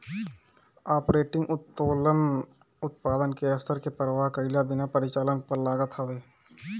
operating उत्तोलन उत्पादन के स्तर के परवाह कईला बिना परिचालन पअ लागत हवे